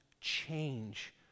change